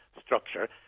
structure